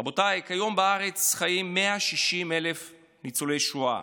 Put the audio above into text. רבותיי, בארץ חיים כיום 160,000 ניצולי שואה.